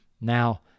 Now